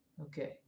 okay